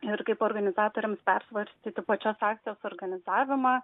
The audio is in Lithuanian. ir kaip organizatoriams persvarstyti pačios akcijos organizavimą